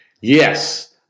Yes